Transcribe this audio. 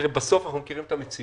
בסוף אנחנו מכירים את המציאות.